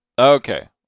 Okay